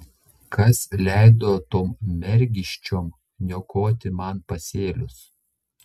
kas leido tom mergiščiom niokoti man pasėlius